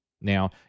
now